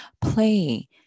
Play